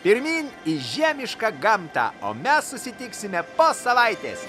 pirmyn į žiemišką gamtą o mes susitiksime po savaitės